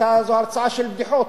היתה זו הרצאה של בדיחות,